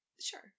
Sure